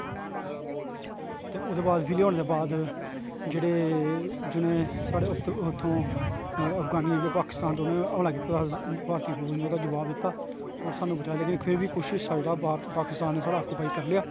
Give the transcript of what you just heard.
ओहदे बाद बिलय होने दे बाद जेहडे़ जिन्हे साढ़े उत्थूं आफ्गानिये पाकिस्तान तूं उन्हे हमला कीते दा भारतीय फौज ने ओहदा जवाव दित्ता और स्हानू बचाया और फिर बी कुछ हिस्सा जेहड़ा भारत पाकिस्तान ने साढ़ा आकोपाई करी लेआ